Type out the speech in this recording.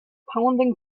pounding